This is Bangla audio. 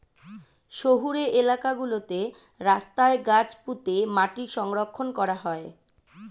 শহুরে এলাকা গুলোতে রাস্তায় গাছ পুঁতে মাটি সংরক্ষণ করা হয়